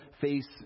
face